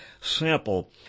Sample